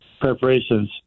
preparations